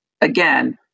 again